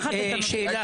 לקחת את הנושא.